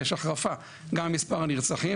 ח' בתמוז תשפ"ג,